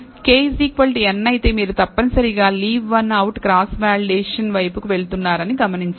K n అయితే మీరు తప్పనిసరిగా leave one out cross validation వైపుకు వెళుతున్నారని గమనించండి